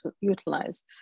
utilize